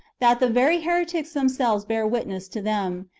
that the very heretics themselves bear witness to them,